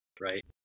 right